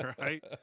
right